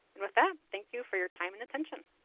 and with that, thank you for your time and attention.